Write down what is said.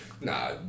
nah